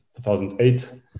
2008